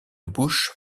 bouche